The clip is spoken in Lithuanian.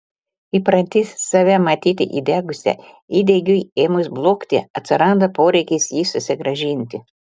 įpranti save matyti įdegusia įdegiui ėmus blukti atsiranda poreikis jį susigrąžinti